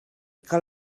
que